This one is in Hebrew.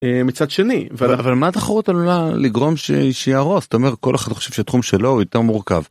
מצד שני אבל מה תחרות עלולה לגרום שיהרוס, אתה אומר כל אחד חושב שתחום שלו יותר מורכב.